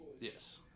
Yes